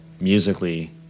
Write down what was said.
musically